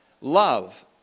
love